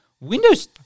Windows